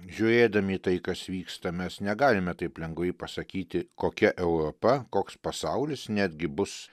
žiūrėdami į tai kas vyksta mes negalime taip lengvai pasakyti kokia europa koks pasaulis netgi bus